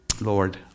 Lord